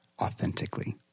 authentically